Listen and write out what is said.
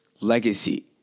legacy